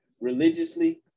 religiously